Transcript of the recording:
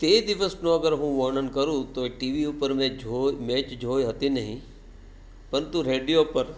તે દિવસનું અગર હું વર્ણન કરું તો એ ટીવી ઉપર મેં જો મેચ જોઈ હતી નહીં પરંતુ રેડિયો પર